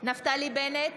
נפתלי בנט,